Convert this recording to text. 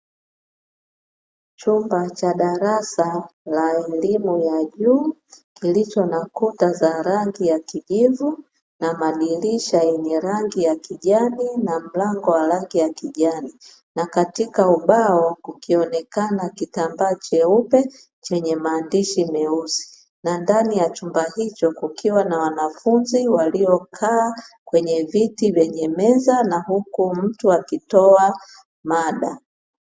Chumba cha darasa la elimu ya juu kilicho na kuta za rangi ya kijivu na madirisha ya rangi ya kijani na mlango wa rangi ya kijani na katika ubao, kukionekana kitambaa cheupe chenye maandishi meusi na ndani ya chumba hicho kukiwa na wanafunzi waliokaa kwenye viti vyenye meza na kukiwa na mtu akitoa mada.